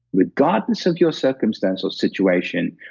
regardless of your circumstance or situation,